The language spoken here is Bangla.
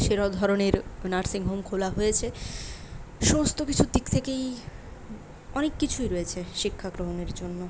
সেরা ধরনের নার্সিংহোম খোলা হয়েছে সমস্ত কিছুর দিক থেকেই অনেক কিছুই রয়েছে শিক্ষা গ্রহণের জন্য